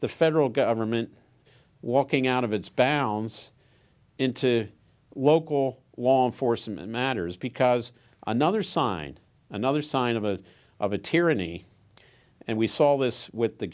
the federal government walking out of it's balance into local law enforcement matters because another sign another sign of a of a tyranny and we saw this with the